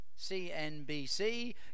CNBC